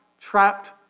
trapped